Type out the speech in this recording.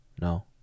No